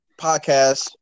podcast